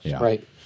Right